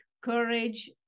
courage